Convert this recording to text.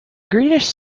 greenish